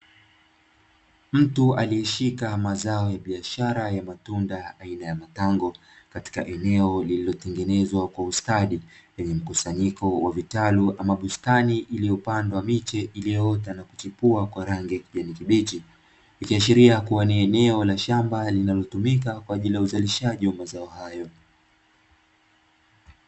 Mtu aliyeshika mazao ya biashara ya matunda aina ya matango, katika eneo lililotengenezwa kwa ustadi, lenye mkusanyiko wa vitalu ama bustani iliyopandwa miche iliyoota na kuchipua kwa rangi ya kijani kibichi. Ikiashiria kuwa ni eneo la shamba linalotumika kwa ajili ya uzalishaji wa mazao hayo.